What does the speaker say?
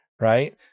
right